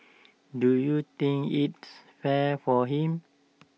do you think its fair for him